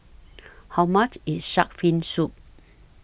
How much IS Shark's Fin Soup